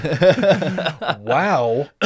Wow